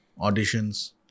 auditions